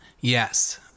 Yes